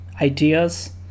ideas